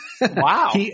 Wow